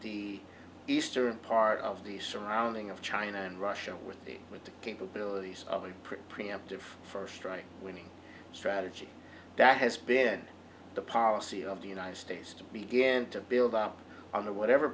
the eastern part of the surrounding of china and russia with the with the capabilities of a preemptive first strike winning strategy that has been the policy of the united states to begin to build up on the whatever